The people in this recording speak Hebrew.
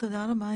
תודה רבה,